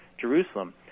Jerusalem